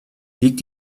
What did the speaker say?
liegt